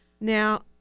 Now